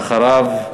ואחריו,